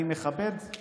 אני מכבד, אני מכבד.